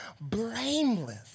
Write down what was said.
blameless